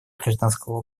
гражданского